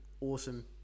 awesome